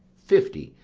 fifty,